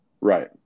Right